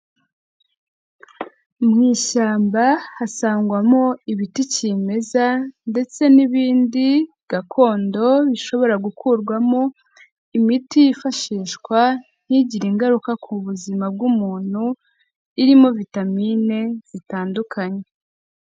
Mu ishyamba hasangwamo ibiti kimeza ndetse n'ibindi gakondo bishobora gukurwamo imiti yifashishwa ntigire ingaruka ku buzima bw'umuntu irimo vitamine zitandukanye.